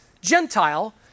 Gentile